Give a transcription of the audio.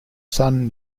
sun